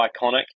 iconic